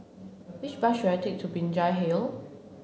which bus should I take to Binjai Hill